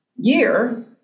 year